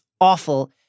awful